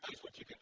switching